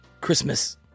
Christmas